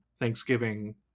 Thanksgiving